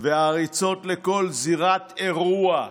והריצות לכל זירת אירוע,